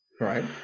right